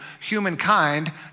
humankind